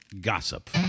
Gossip